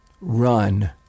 Run